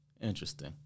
Interesting